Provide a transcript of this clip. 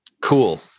cool